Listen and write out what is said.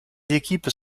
équipes